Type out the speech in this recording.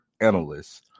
analysts